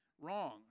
wrong